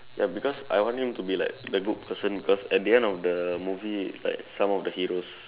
ya because I want him to be like the good person cause at the end of the movie like some of the heroes